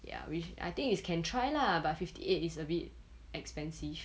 ya which I think is can try lah but fifty eight is a bit expensive